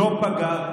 לא פגע,